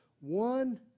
one